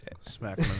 Smack